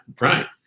right